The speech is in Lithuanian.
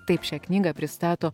taip šią knygą pristato